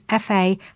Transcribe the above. FA